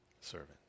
Servant